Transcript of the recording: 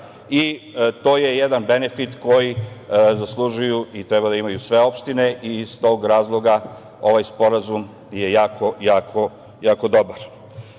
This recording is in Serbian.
To je jedan benefit koji zaslužuju i treba da imaju sve opštine. Iz tog razloga ovaj sporazum je jako, jako dobar. Ono